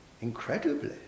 incredibly